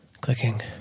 Clicking